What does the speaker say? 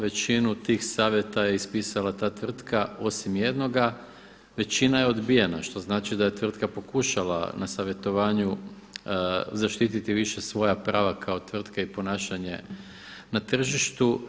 Većinu tih savjeta je ispisala ta tvrtka osim jednoga, većina je odbijeno što znači da je tvrtka pokušala na savjetovanju zaštiti više svoja prava kao tvrtke i ponašanje na tržištu.